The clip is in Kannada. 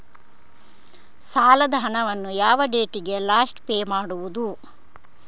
ಸಾಲದ ಹಣವನ್ನು ಯಾವ ಡೇಟಿಗೆ ಲಾಸ್ಟ್ ಪೇ ಮಾಡುವುದು?